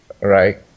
right